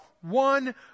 one